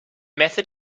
method